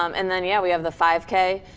um and then, yeah, we have the five k,